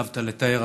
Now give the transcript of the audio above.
היטבת לתאר,